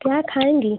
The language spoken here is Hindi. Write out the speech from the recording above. क्या खाएँगी